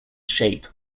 shape